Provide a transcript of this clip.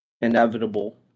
inevitable